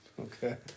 okay